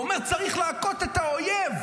ואומר: צריך להכות את האויב.